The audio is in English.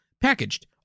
Packaged